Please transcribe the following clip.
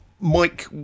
mike